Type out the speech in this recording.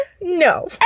No